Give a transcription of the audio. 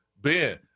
Ben